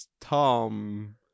Tom